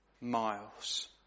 miles